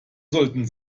sollten